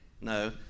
No